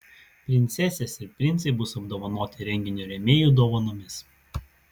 princesės ir princai bus apdovanoti renginio rėmėjų dovanomis